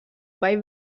bei